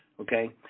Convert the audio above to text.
Okay